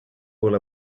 all